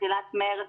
תחילת מרץ,